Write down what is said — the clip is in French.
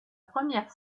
première